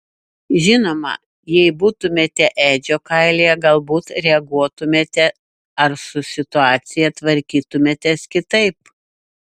žinoma jei būtumėte edžio kailyje galbūt reaguotumėte ar su situacija tvarkytumėtės kitaip